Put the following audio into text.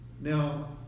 Now